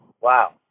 Wow